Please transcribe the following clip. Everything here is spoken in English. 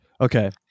Okay